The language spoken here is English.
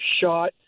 shot